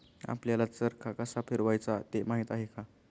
आपल्याला चरखा कसा फिरवायचा ते माहित आहे का?